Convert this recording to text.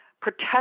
protect